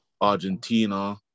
Argentina